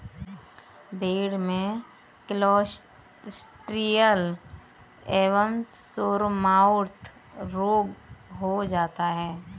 भेड़ में क्लॉस्ट्रिडियल एवं सोरमाउथ रोग हो जाता है